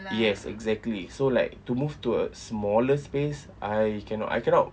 yes exactly so like to move to a smaller space I cannot I cannot